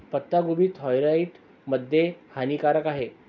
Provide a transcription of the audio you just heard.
पत्ताकोबी थायरॉईड मध्ये हानिकारक आहे